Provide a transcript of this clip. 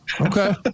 Okay